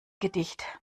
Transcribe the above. gedicht